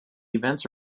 events